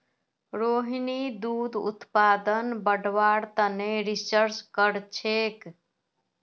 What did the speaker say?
रोहिणी दूध उत्पादन बढ़व्वार तने रिसर्च करछेक